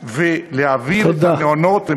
ולהעביר את המעונות, תודה.